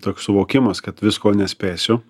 toks suvokimas kad visko nespėsiu